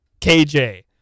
KJ